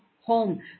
home